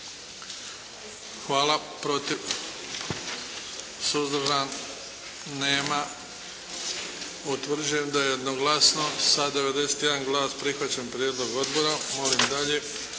Hvala. Protiv? Suzdržan? Nema. Utvrđujem da je jednoglasno sa 91 glas prihvaćen Prijedlog odbora. Molim dalje.